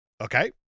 Okay